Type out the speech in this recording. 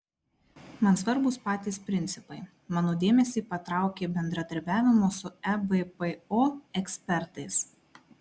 man svarbūs patys principai mano dėmesį patraukė bendravimas su ebpo ekspertais